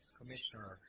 commissioner